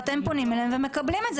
ואתם פונים אליהם ומקבלים את זה.